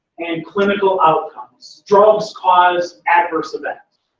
and clinical outcomes. drug cause adverse events.